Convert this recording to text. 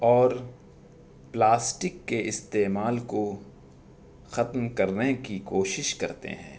اور پلاسٹک کے استعمال کو ختم کرنے کی کوشش کرتے ہیں